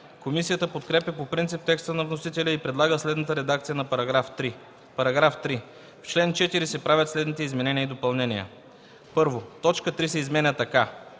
Комисията подкрепя по принцип текста на вносителя и предлага следната редакция на § 3: „§ 3. В чл. 4 се правят следните изменения и допълнения: 1. Точка 3 се изменя така: